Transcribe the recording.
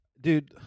dude